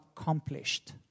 accomplished